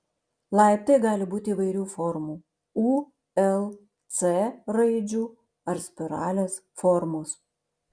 laiptai gali būti įvairių formų u l c raidžių ar spiralės formos